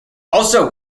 also